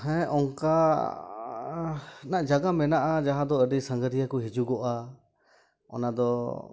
ᱦᱮᱸ ᱚᱱᱠᱟ ᱱᱟᱜ ᱡᱟᱜᱟ ᱢᱮᱱᱟᱜᱼᱟ ᱡᱟᱦᱟᱸ ᱫᱚ ᱟᱹᱰᱤ ᱥᱟᱺᱜᱷᱟᱹᱨᱤᱭᱟ ᱠᱚ ᱦᱤᱡᱩᱜᱚᱜᱼᱟ ᱚᱱᱟ ᱫᱚ